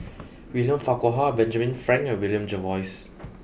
William Farquhar Benjamin Frank and William Jervois